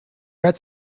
red